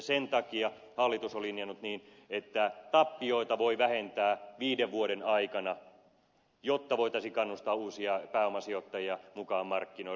sen takia hallitus on linjannut niin että tappioita voi vähentää viiden vuoden aikana jotta voitaisiin kannustaa uusia pääomasijoittajia mukaan markkinoille